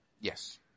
Yes